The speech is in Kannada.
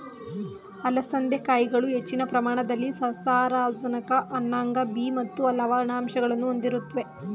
ಅಲಸಂದೆ ಕಾಯಿಗಳು ಹೆಚ್ಚಿನ ಪ್ರಮಾಣದಲ್ಲಿ ಸಸಾರಜನಕ ಅನ್ನಾಂಗ ಬಿ ಮತ್ತು ಲವಣಾಂಶಗಳನ್ನು ಹೊಂದಿರುತ್ವೆ